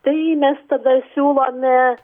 tai mes tada siūlome